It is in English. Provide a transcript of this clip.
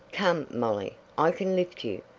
come, molly, i can lift you,